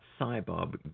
CyBob